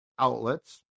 outlets